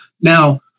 Now